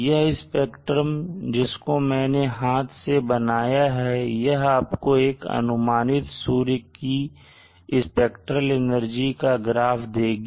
यह स्पेक्ट्रम जिसको मैंने हाथ से बनाया है यह आपको एक अनुमानित सूर्य की स्पेक्ट्रेल एनर्जी का ग्राफ देगी